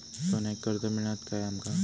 सोन्याक कर्ज मिळात काय आमका?